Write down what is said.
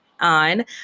on